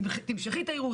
אם תמשכי את הערעור,